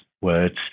words